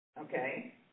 okay